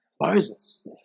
Moses